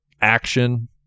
action